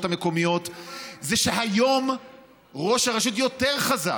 המקומיות זה שהיום ראש הרשות יותר חזק.